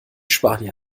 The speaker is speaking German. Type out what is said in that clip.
spanier